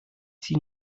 sie